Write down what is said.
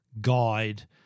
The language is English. guide